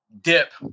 dip